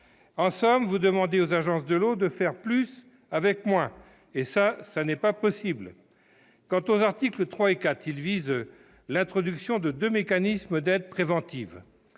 En somme, vous demandez aux agences de l'eau de faire plus avec moins : cela n'est pas possible ! Quant aux articles 3 et 4, ils visent l'introduction de deux mécanismes d'aide préventive